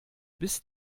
bis